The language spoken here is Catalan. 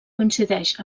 coincideix